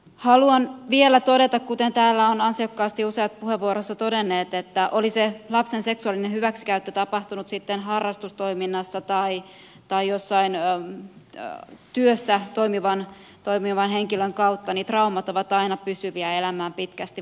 haluan vielä todeta kuten täällä ovat ansiokkaasti useat puheenvuoroissa todenneet että oli se lapsen seksuaalinen hyväksikäyttö tapahtunut sitten harrastustoiminnassa tai jossain työssä toimivan henkilön kautta niin traumat ovat aina pysyviä ja elämään pitkästi vaikuttavia